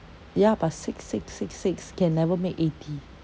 ya but six six six six can never make eighty